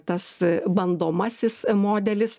tas bandomasis modelis